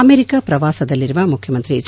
America ಪ್ರವಾಸದಲ್ಲಿರುವ ಮುಖ್ಯಮಂತ್ರಿ H